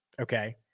Okay